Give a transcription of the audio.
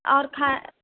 اور کھا